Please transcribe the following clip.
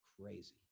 crazy